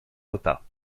repas